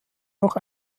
auch